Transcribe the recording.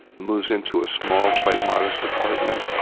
moves into a small, quite modest apartment,